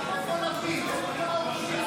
ההצעה להעביר לוועדה את הצעת